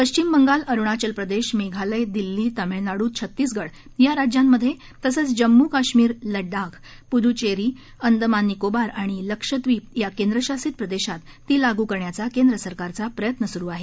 पश्चिम बंगाल अरुणाचल प्रदेश मेघालय दिल्ली तमिळनाडू छत्तीसगड या राज्यांमधे तसंच जम्मू कश्मीरलडाख पुदुचेरी अंदमान निकोबार आणि लक्षद्वीप या केंद्रशासित प्रदेशात ती लागू करण्याचा केंद्रसरकारचा प्रयत्न सुरु आहे